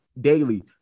daily